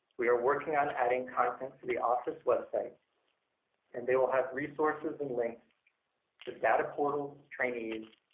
we are working on adding content to the office website and they will have resources and links to data portals, trainees,